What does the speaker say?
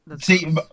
See